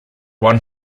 one